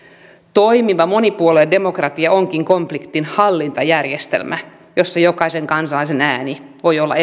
toimiva monipuoluedemokratia onkin konfliktinhallintajärjestelmä jossa jokaisen kansalaisen ääni voi olla